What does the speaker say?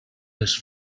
les